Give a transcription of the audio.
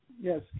Yes